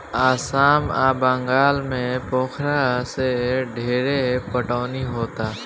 आसाम आ बंगाल में पोखरा से ढेरे पटवनी होता